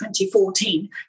2014